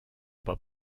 pas